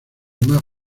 más